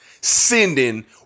sending